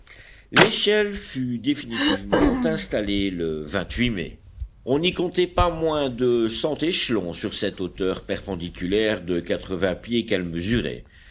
l'échelle fut définitivement installée le mai on n'y comptait pas moins de cent échelons sur cette hauteur perpendiculaire de quatre-vingts pieds qu'elle mesurait